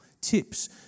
tips